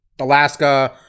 Alaska